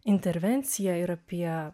intervenciją ir apie